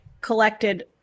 collected